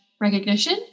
recognition